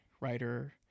writer